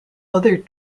other